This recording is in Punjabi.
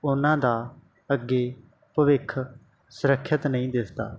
ਉਨ੍ਹਾਂ ਦਾ ਅੱਗੇ ਭਵਿੱਖ ਸੁਰੱਖਿਅਤ ਨਹੀਂ ਦਿਸਦਾ